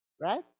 right